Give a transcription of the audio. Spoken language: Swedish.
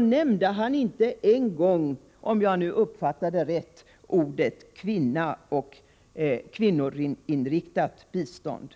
nämnde han inte en gång, om jag nu uppfattat rätt, orden kvinna och kvinnoinriktat bistånd.